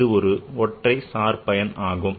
இது ஒரு ஒற்றை சார் பயனாகும்